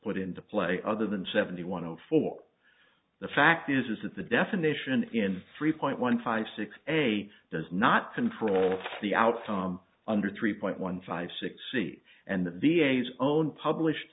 put into play other than seventy one zero four the fact is is that the definition in three point one five six a does not control the outcome under three point one five six c and the v a s own published